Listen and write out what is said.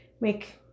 make